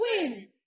win